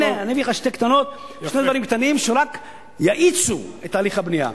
הבאתי לך שני דברים קטנים שרק יאיצו את תהליך הבנייה.